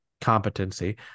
competency